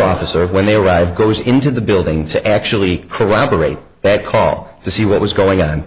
officer when they arrive goes into the building to actually corroborate bad call to see what was going on